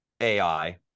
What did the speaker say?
AI